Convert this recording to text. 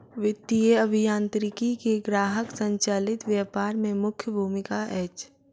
वित्तीय अभियांत्रिकी के ग्राहक संचालित व्यापार में मुख्य भूमिका अछि